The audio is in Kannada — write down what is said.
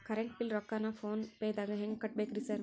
ಕರೆಂಟ್ ಬಿಲ್ ರೊಕ್ಕಾನ ಫೋನ್ ಪೇದಾಗ ಹೆಂಗ್ ಕಟ್ಟಬೇಕ್ರಿ ಸರ್?